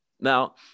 Now